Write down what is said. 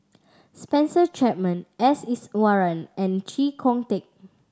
Spencer Chapman S Iswaran and Chee Kong Tet